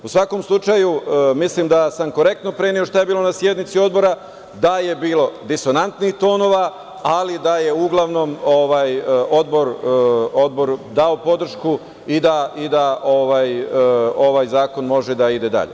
U svakom slučaju, mislim da sam korektno preneo šta je bilo na sednici Odbora, da je bilo disonantnih tonova, ali da je uglavnom Odbor dao podršku i da ovaj zakon može da ide dalje.